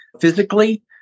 physically